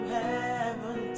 heaven